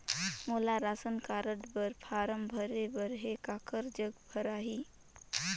मोला ration card बर form भरे बर हे काकर जग भराही?